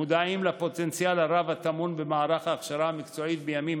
מודעים לפוטנציאל הרב הטמון במערך ההכשרה המקצועית בימים